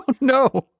no